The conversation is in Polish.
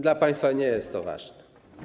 Dla państwa nie jest to ważne.